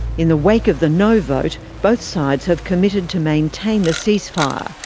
in the wake of the no vote, both sides have committed to maintain the ceasefire,